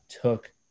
took